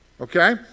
Okay